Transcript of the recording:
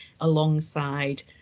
alongside